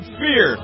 fear